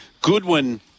Goodwin